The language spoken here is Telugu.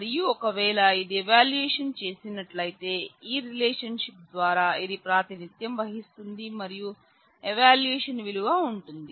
మరియు ఒకవేళ ఇది ఎవాల్యూయేషన్ చేసినట్లయితే ఈ రిలేషన్షిప్ ద్వారా ఇది ప్రాతినిధ్యం వహిస్తుంది మరియు ఎవాల్యూయేషన్ విలువ ఉంటుంది